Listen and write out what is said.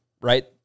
Right